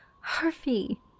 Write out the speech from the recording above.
Harvey